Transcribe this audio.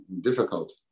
difficult